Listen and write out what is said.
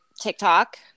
TikTok